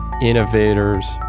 innovators